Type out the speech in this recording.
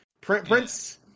Prince